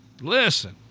listen